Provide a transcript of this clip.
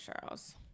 Charles